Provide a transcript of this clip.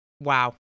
wow